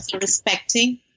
Respecting